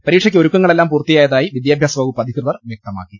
പരീക്ഷയ്ക്ക് ഒരുക്കങ്ങളെല്ലാം പൂർത്തിയായതായി വിദ്യാഭ്യാസ വകുപ്പ് അധികൃതർ വ്യക്തമാക്കി